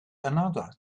another